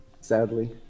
Sadly